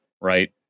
right